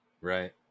right